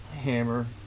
Hammer